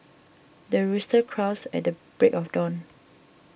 the rooster crows at the break of dawn